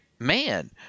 man